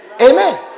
Amen